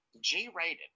G-rated